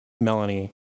Melanie